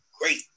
great